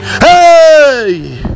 hey